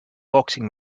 boxing